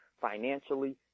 financially